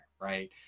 right